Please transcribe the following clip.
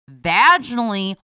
vaginally